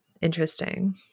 Interesting